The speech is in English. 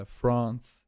France